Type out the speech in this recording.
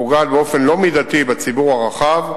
ופוגעת באופן לא מידתי בציבור הרחב,